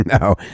No